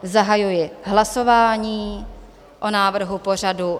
Zahajuji hlasování o návrhu pořadu.